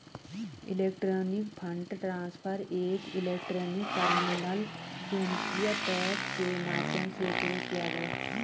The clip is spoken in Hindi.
इलेक्ट्रॉनिक फंड ट्रांसफर एक इलेक्ट्रॉनिक टर्मिनल चुंबकीय टेप के माध्यम से शुरू किया गया